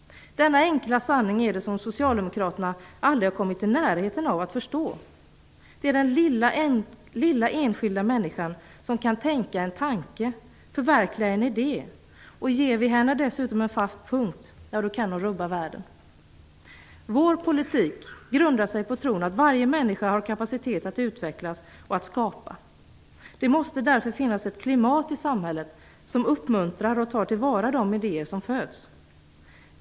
Denna enkla sanning har socialdemokraterna aldrig kommit i närheten av att förstå. Det är den lilla, enskilda människan som kan tänka en tanke och förverkliga en idé, och ger vi henne dessutom en fast punkt kan hon rubba världen. Vår politik grundar sig på tron att varje människa har kapacitet att utvecklas och att skapa. Det måste därför finnas ett klimat i samhället som uppmuntrar och tar till vara de idéer som föds.